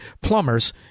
plumbers